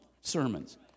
sermons